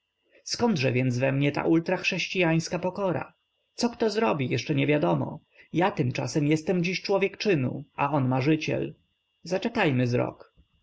byt zkądże więc we mnie ta ultrachrześciańska pokora co kto zrobi jeszcze nie wiadomo ja tymczasem jestem dziś człowiek czynu a on marzyciel zaczekajmy z rok